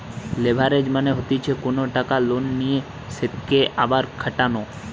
leverage মানে হতিছে কোনো টাকা লোনে নিয়ে সেতকে আবার খাটানো